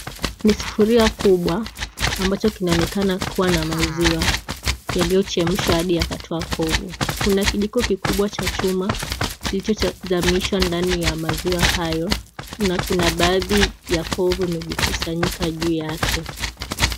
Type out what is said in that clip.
Ni sufuria kubwa ambacho kinaonekana kuwa na maziwa yaliyochemshwa hadi yakatoa povu, kuna kijiko kikubwa cha chuma kilichozamishwa ndani ya maziwa hayo na kuna baadhi ya povu yaliyokusanyika juu yake.